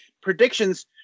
predictions